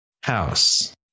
house